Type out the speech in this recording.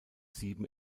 sieben